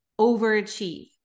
overachieve